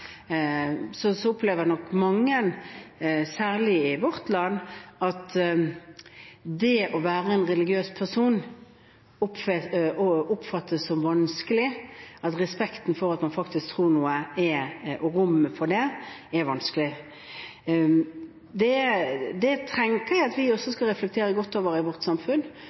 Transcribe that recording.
nok mange, særlig i vårt land, som opplever det å være en religiøs person som vanskelig, at å få respekt for at man faktisk tror noe, og rommet for det, er vanskelig. Det tenker jeg at vi også skal reflektere godt over i vårt samfunn,